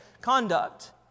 conduct